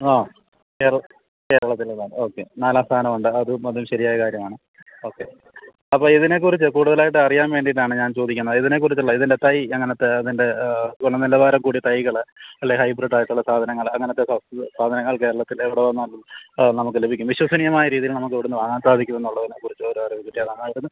ആ കേരള കേരളത്തില് തന്നെ ഓക്കെ നാലാം സ്ഥാനമുണ്ട് അതും അതും ശെരിയായ കാര്യമാണ് ഓക്കെ അപ്പം ഇതിനെക്കുറിച്ച് കൂട്തലായിട്ട് അറിയാൻ വേണ്ടിയിട്ടാണ് ഞാൻ ചോദിക്കുന്നത് ഇതിനെക്കുറിച്ചുള്ള ഇതിൻ്റെ തൈ എങ്ങനെത്തെയാണ് ഇതിൻ്റെ ഗുണ നിലവാരം കൂടിയ തൈകള് അല്ലെ ഹൈബ്രിഡായിട്ടുള്ള സാധനങ്ങള് അങ്ങനത്തെ ഫസ്ല് സാധനങ്ങൾ കേരളത്തിലെവിടെ വന്നാലും നമുക്ക് ലബിക്കും വിശ്വസനീയമായ രീതിയില് നമുക്ക് ഇവിടുന്ന് വാങ്ങാൻ സാധിക്കും എന്നുള്ളതിനെ കുറിച്ച് ഒരറിവ് കിട്ടിയ നന്നായിരുന്നു